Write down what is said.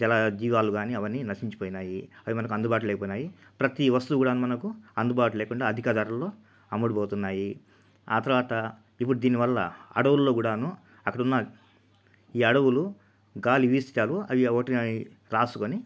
జలజీవాలు కానీ అవన్నీ నశించిపోయినాయి అవి మనకి అందుబాటులో లేకపోయినాయి ప్రతి వస్తువు కూడా మనకు అందుబాటులో లేకుండా అధిక ధరల్లో అమ్ముడుపోతున్నాయి ఆ తర్వాత ఇప్పుడు దీనివల్ల అడవుల్లో కూడా అక్కడున్న ఈ అడవులు గాలి వీచడాలు అవి వాటిని రాసుకొని